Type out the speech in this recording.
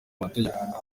mategeko